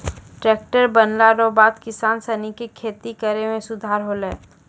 tractor बनला रो बाद किसान सनी के खेती करै मे सुधार होलै